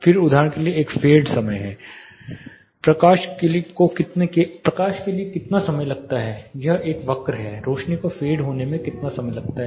फिर उदाहरण के लिए एक फेड समय है प्रकाश के लिए कितना समय लगता है यह एक वक्र है रोशनी को फेड होने में कितना समय लगता है